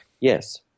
Yes